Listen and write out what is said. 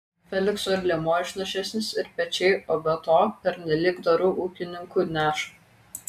felikso ir liemuo išnašesnis ir pečiai o be to pernelyg doru ūkininku neša